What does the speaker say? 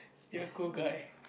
you're a cool guy